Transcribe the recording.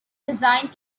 designed